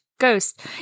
Ghost